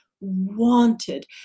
wanted